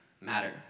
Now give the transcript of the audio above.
matter